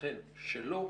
ייתכן שלא,